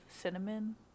cinnamon